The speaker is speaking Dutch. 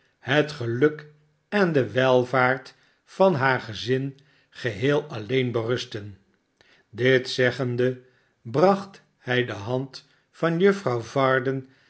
het geluk en de welvaart van haar gezin geheel alleen berusten dit zeggende bracht hij de hand van juffrouw varden